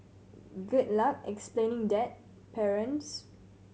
good luck explaining that parents